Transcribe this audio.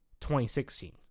2016